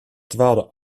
dwaalde